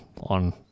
on